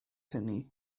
hynny